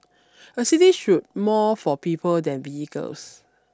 a city should more for people than vehicles